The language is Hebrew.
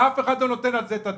ואף אחד לא נותן על זה את הדין.